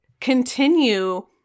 continue